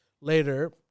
later